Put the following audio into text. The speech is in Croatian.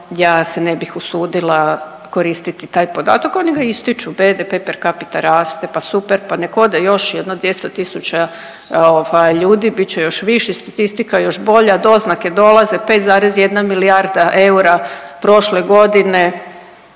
Ja se ne bih usudila koristiti taj podatak, a oni ga ističu, BDP per capita raste, pa super, pa nek ode još jedno 200 tisuća ovaj ljudi, bit će još viši, statistika još bolja, doznake dolaze, 5,1 milijarda eura prošle godine,